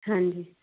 ਹਾਂਜੀ